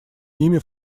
ними